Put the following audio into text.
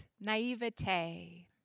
naivete